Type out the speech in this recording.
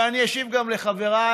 ואני אשיב גם לחבריי